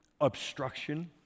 obstruction